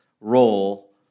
role